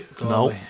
No